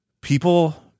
people